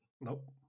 Nope